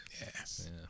Yes